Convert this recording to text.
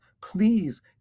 please